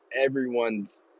everyone's